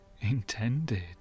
intended